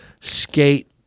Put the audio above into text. skate